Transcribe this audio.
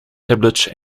tablets